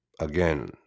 again